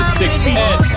60s